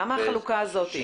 למה החלוקה הזאת?